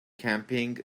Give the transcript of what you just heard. camping